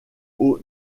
aux